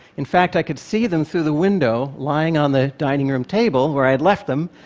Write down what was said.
in fact, i could see them through the window, lying on the dining room table where i had left them.